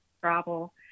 travel